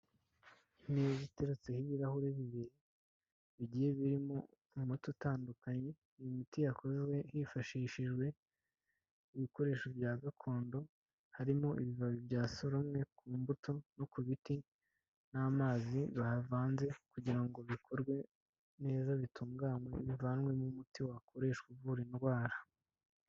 Imeza iteretseho ibirahuri bibiri bigiye birimo umuti utandukanye, ni imiti yakozwe hifashishijwe ibikoresho bya gakondo harimo ibibabi bya soromwe ku mbuto no ku biti n'amazi bavanze kugira ngo bikorwe neza bitunganywa bivanwemo umuti wakoreshwa uvura indwara.